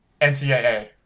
NCAA